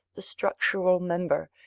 the structural member,